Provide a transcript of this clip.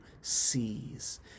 sees